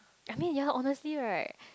I mean ya honestly right